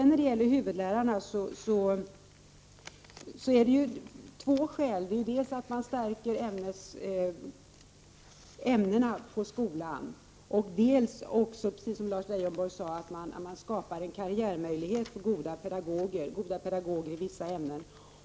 När det gäller huvudlärartjänsterna vet vi att dessa stärker ämnenas ställning i skolan och att de, som Lars Leijonborg sade, öppnar karriärmöjligheter för goda pedagoger i vissa ämnen.